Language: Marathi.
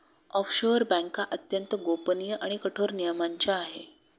ऑफशोअर बँका अत्यंत गोपनीय आणि कठोर नियमांच्या आहे